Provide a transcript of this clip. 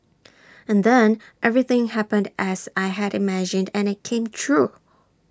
and then everything happened as I had imagined IT and IT came true